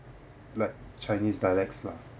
like chinese dialects lah